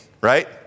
right